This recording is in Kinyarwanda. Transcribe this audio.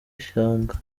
ishyanga